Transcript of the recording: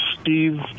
Steve